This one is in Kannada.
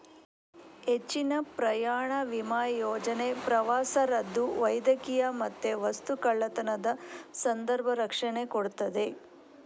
ಹೆಚ್ಚಿನ ಪ್ರಯಾಣ ವಿಮಾ ಯೋಜನೆ ಪ್ರವಾಸ ರದ್ದು, ವೈದ್ಯಕೀಯ ಮತ್ತೆ ವಸ್ತು ಕಳ್ಳತನದ ಸಂದರ್ಭ ರಕ್ಷಣೆ ಕೊಡ್ತದೆ